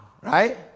right